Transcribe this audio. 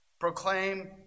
Proclaim